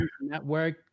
network